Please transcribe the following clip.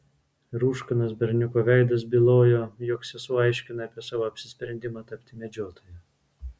rūškanas berniuko veidas bylojo jog sesuo aiškina apie savo apsisprendimą tapti medžiotoja